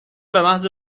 بمحض